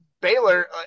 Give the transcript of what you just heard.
Baylor